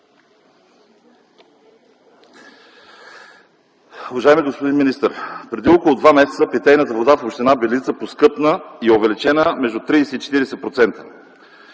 Уважаеми господин министър, преди около два месеца питейната вода в община Белица поскъпна и е увеличена между 30 и 40%.